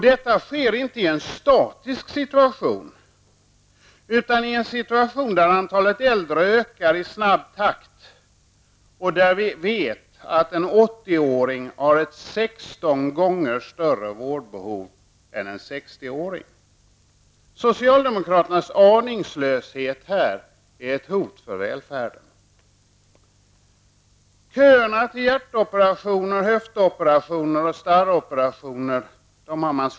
Detta sker inte i en statisk situation utan i en situation där antalet äldre ökar i snabb takt och där vi vet att en 80-åring har sexton gånger större vårdbehov än en 60-åring. Socialdemokraternas aningslöshet här är ett hot mot välfärden. Man har själv ställt till med köerna till hjärtoperationer, höftoperationer och starroperationer.